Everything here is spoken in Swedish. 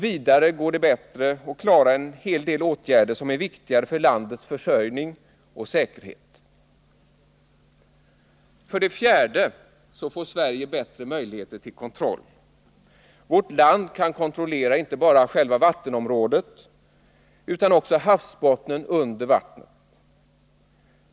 Vidare går det bättre att klara en del åtgärder som är viktiga för landets försörjning och säkerhet. För det fjärde får Sverige bättre möjligheter till kontroll. Vårt land kan kontrollera inte bara själva vattenområdet utan också havsbottnen under vattnet.